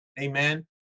amen